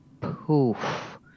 poof